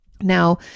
Now